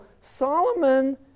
Solomon